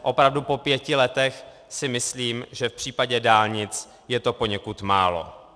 Opravdu po pěti letech si myslím, že v případě dálnic je to poněkud málo.